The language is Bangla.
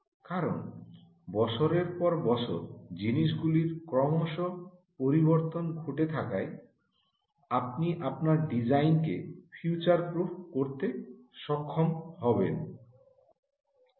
কারণ বছরের পর বছর জিনিসগুলির ক্রমশ পরিবর্তন ঘটে থাকায় আপনি আপনার ডিজাইন কে ফিউচার প্রুফ করতে সক্ষম হবেন